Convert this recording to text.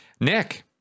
Nick